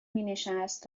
مینشست